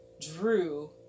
Drew